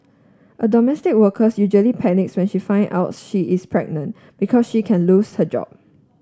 a domestic workers usually panics when she find out she is pregnant because she can lose her job